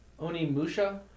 Onimusha